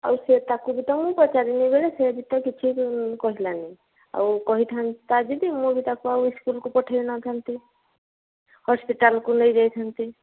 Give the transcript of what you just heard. ଆଉ ସେ ତା'କୁ ବି ତ ମୁଁ ପଚାରିନି ବୋଲି ସେ ବି ତ କିଛି କହିଲାନି ଆଉ କହିଥାନ୍ତା ଯଦି ମୁଁ ସ୍କୁଲ ନେଇ ନଥାନ୍ତି ହସ୍ପିଟାଲକୁ ନେଇ ଯାଇଥାନ୍ତି